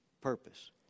purpose